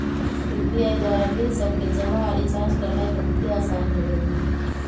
UPI द्वारा bill सभके जमा आऽ रिचार्ज करनाइ बहुते असान हो गेल हइ